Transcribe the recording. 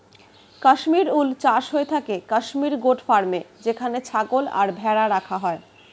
Kashmir wool চাষ হয়ে থাকে কাশ্মীর গোট ফার্মে যেখানে ছাগল আর ভেড়া রাখা হয়